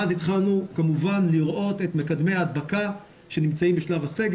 ואז התחלנו כמובן לראות את מקדמי ההדבקה שנמצאים בשלב הסגר